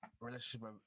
relationship